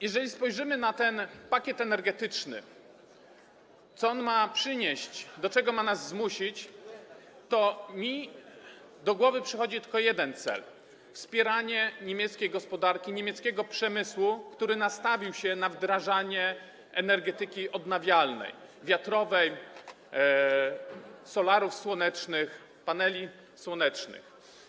Jeżeli spojrzymy na ten pakiet energetyczny, na to, co ma on przynieść, do czego ma nas zmusić, to do głowy przychodzi mi tylko jeden cel: wspieranie niemieckiej gospodarki, niemieckiego przemysłu, który nastawił się na wdrażanie energetyki odnawialnej, wiatrowej, solarów słonecznych, paneli słonecznych.